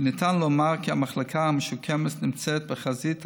וניתן לומר כי המחלקה המשוקמת נמצאת בחזית הטיפולית,